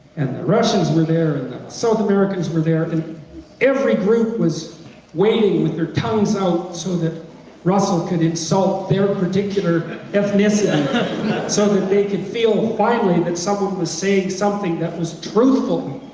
and the russians were there and the south americans were there, and every group was waiting with their tongues out so that russel could insult their particular ethnicity so that they can feel finally that someone was saying something that was truthful,